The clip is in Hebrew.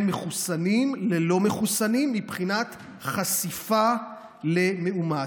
מחוסנים ללא מחוסנים מבחינת חשיפה למאומת.